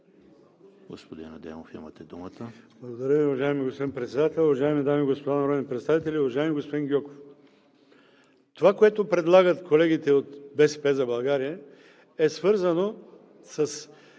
господин Адемов, имате думата. ХАСАН АДЕМОВ (ДПС): Благодаря Ви, уважаеми господин Председател. Уважаеми дами и господа народни представители! Уважаеми господин Гьоков, това, което предлагат колегите от „БСП за България“, е свързано с